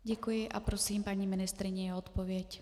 Děkuji a prosím paní ministryni o odpověď.